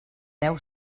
deu